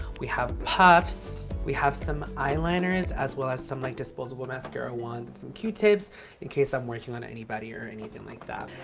we have puffs. we have some eyeliners as well as some like disposable mascara ones, q tips in case i'm working on anybody or anything like that.